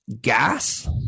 Gas